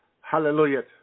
Hallelujah